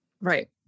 Right